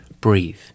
breathe